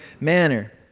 manner